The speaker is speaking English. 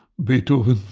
beethoven,